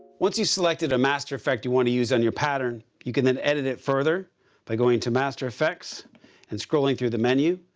once you selected a master fx you want to use on your pattern, you can then edit it further by going to master fx and scrolling through the menu.